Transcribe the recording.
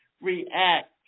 react